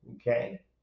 Okay